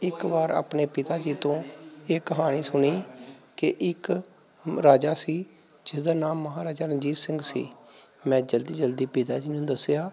ਇੱਕ ਵਾਰ ਆਪਣੇ ਪਿਤਾ ਜੀ ਤੋਂ ਇਹ ਕਹਾਣੀ ਸੁਣੀ ਕਿ ਇੱਕ ਰਾਜਾ ਸੀ ਜਿਸ ਦਾ ਨਾਮ ਮਹਾਰਾਜਾ ਰਣਜੀਤ ਸਿੰਘ ਸੀ ਮੈਂ ਜਲਦੀ ਜਲਦੀ ਪਿਤਾ ਜੀ ਨੂੰ ਦੱਸਿਆ